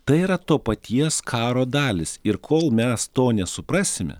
tai yra to paties karo dalys ir kol mes to nesuprasime